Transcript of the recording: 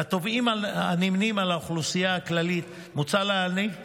לתובעים הנמנים עם האוכלוסייה הכללית מוצע להעניק